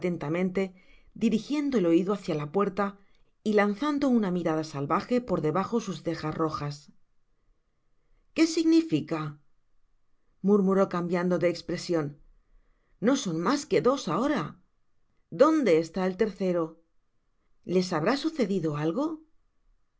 dirijieudo el oido hacia la puerta y lanzando una mirada salvaje por debajo sus cejas rojas que significa murmuró cambiando de espresion no son mas que dos ahora donde está el tercero les habrá sucedido algo